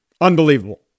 Unbelievable